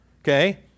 Okay